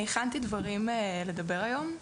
אני הכנתי דברים לדבר היום,